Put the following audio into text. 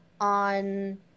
on